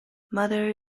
mother